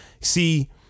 See